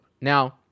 Now